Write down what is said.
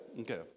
Okay